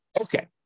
Okay